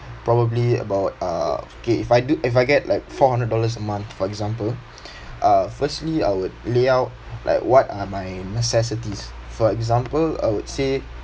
probably about uh okay if I do if I get like four hundred dollars a month for example uh firstly I will lay out like what are my necessities for example I would say